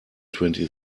twenty